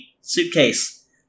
suitcase